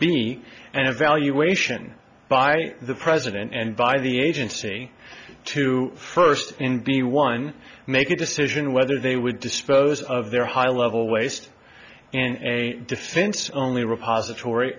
binny and evaluation by the president and by the agency to first in be one make a decision whether they would dispose of their high level waste and a defense only repositor